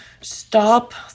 stop